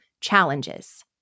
challenges